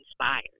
inspired